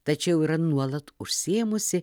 tačiau yra nuolat užsiėmusi